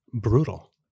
brutal